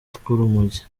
tw’urumogi